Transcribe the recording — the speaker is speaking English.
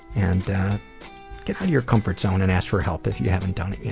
and get out of your comfort zone and ask for help if you haven't done yeah